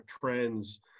trends